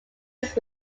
used